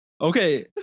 Okay